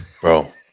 Bro